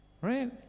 Right